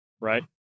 right